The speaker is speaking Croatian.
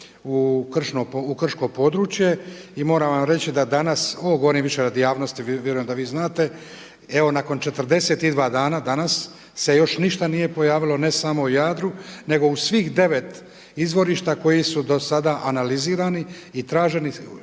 u krško područje. I moram vam reći da danas, ovo govorim više radi javnosti, vjerujem da vi znate, evo nakon 42 dana danas se još ništa nije pojavilo ne samo u Jadru nego u svih 9 izvorišta koji su do sada analizirani i traženi u